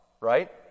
right